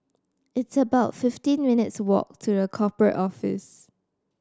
it's about fifteen minutes' walk to The Corporate Office